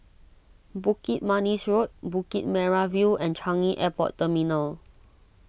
Bukit Manis Road Bukit Merah View and Changi Airport Terminal